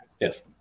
Yes